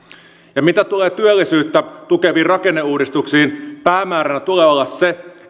ja mitä tulee työllisyyttä tukeviin rakenneuudistuksiin päämäärän tulee olla se